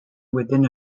within